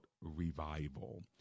revival